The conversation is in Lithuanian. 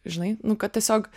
žinai nu kad tiesiog